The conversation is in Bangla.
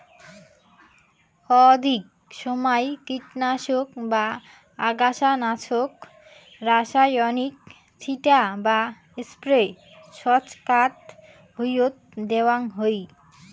অধিক সমাই কীটনাশক বা আগাছানাশক রাসায়নিক ছিটা বা স্প্রে ছচকাত ভুঁইয়ত দ্যাওয়াং হই